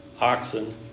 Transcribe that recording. oxen